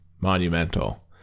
monumental